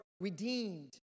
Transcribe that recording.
redeemed